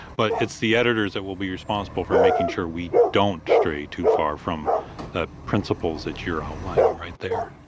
but it's the editors that will be responsible for making sure we don't stray too far from the principles that you're outlining right there